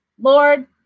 Lord